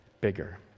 bigger